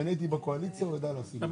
משרד השיכון.